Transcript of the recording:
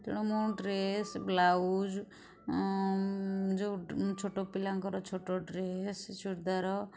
ତେଣୁ ମୁଁ dress blouse ଯେଉଁ ଛୋଟ ପିଲାଙ୍କର ଛୋଟ ଡ୍ରେସ୍ ଚୁଡ଼ିଦାର